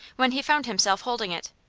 when he found himself holding it.